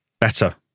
Better